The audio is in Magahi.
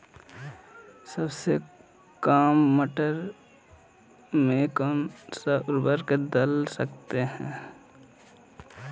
सबसे काम मटर में कौन सा ऊर्वरक दल सकते हैं?